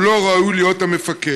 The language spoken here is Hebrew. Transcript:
הוא לא ראוי להיות המפקד.